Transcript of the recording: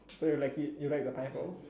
so you like it you like the pineapple